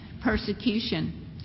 persecution